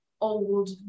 old